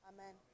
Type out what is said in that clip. Amen